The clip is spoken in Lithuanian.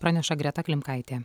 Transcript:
praneša greta klimkaitė